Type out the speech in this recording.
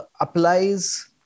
applies